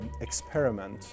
experiment